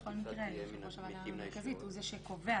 ובכל מקרה יושב-ראש הוועדה מרכזית הוא זה שקובע,